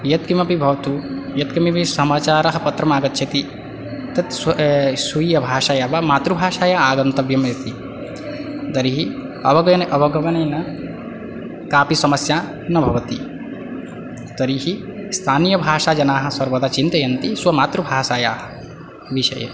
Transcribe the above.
यत्किमपि भवतु यत्किमपि समाचारः पत्रमागच्छति तत् स्व स्वीय भाषया वा मातृभाषया आगन्तव्यम् इति तर्हि अवगे अवगमनेन कापि समस्या न भवति तर्हि स्तानीयभाषाजनाः सर्वदा चिन्तयन्ति स्वमातृभाषायाः विषये